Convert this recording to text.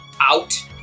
out